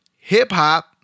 hip-hop